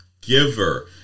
Giver